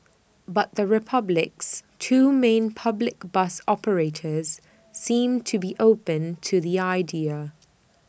but the republic's two main public bus operators seem to be open to the idea